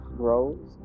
grows